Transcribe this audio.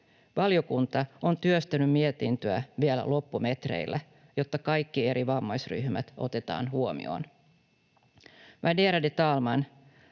Valiokunta on työstänyt mietintöä vielä loppumetreillä, jotta kaikki eri vammaisryhmät otetaan huomioon.